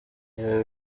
niba